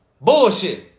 Bullshit